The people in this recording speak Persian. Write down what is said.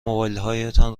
موبایلهایتان